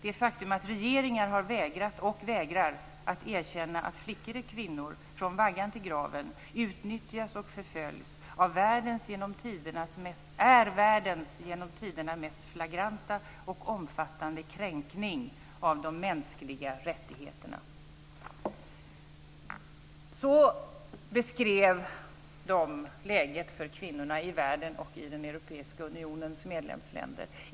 Det faktum att regeringar har vägrat och vägrar att erkänna att flickor och kvinnor från vaggan till graven utnyttjas och förföljs är världens genom tiderna mest flagranta och omfattande kränkning av de mänskliga rättigheterna. Så beskrev de läget för kvinnorna i världen och i den europeiska unionens medlemsländer.